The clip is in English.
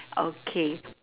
okay